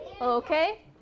Okay